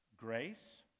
Grace